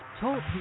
Talk